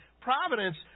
providence